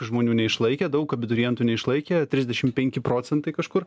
žmonių neišlaikė daug abiturientų neišlaikė trisdešim penki procentai kažkur